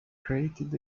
created